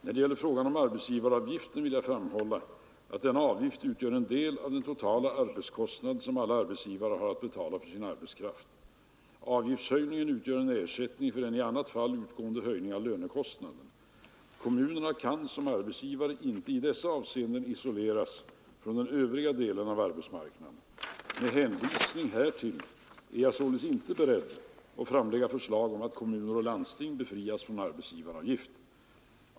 När det gäller frågan om arbetsgivaravgiften vill jag framhålla att denna avgift utgör en del av den totala arbetskostnad som alla arbetsgivare har att betala för sin arbetskraft. Avgiftshöjningen utgör en ersättning för en i annat fall utgående höjning av lönekostnaden. Kommunerna kan som arbetsgivare inte i dessa avseenden isoleras från den övriga delen av arbetsmarknaden. Med hänvisning härtill är jag således inte beredd att framlägga förslag om att kommuner och landsting befrias från arbetsgivaravgift.